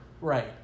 right